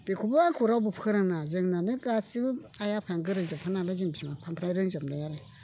बेखौबो आंखौ रावबो फोरोंनाङा जोंनानो गासैबो आइ आफायानो गोरोंजोबखा नालाय जों बिमा बिफानिफ्राय रोंजोबनाय आरो